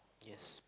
yes